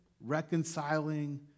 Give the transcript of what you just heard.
reconciling